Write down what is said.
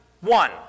one